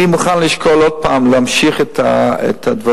אני מוכן לשקול עוד פעם להמשיך את הדברים.